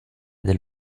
del